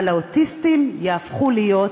אבל האוטיסטים יהפכו להיות,